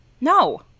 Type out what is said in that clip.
No